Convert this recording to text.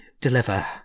deliver